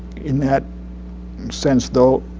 in that sense, though,